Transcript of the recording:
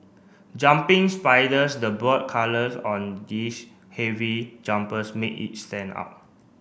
jumping spiders the bold colours on this heavy jumpers made each stand out